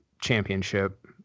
championship